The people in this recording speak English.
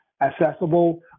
accessible